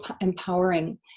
empowering